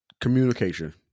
communication